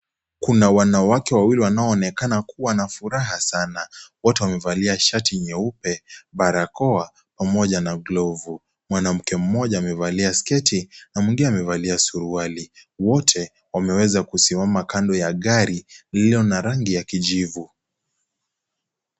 Kuna wanawake wawili wanaoonekana kuwa na furaha sana. Wote wamevalia shati nyeupe, barakoa pamoja na glovu. Mwanamke mmoja, amevalia sketi na mwingine amevalia suruali. Wote, wameweza kusimama kando ya gari lililo na rangi ya kijivu.